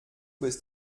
bist